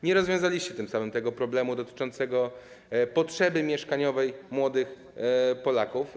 Nie rozwiązaliście tym samym problemu dotyczącego potrzeby mieszkaniowej młodych Polaków.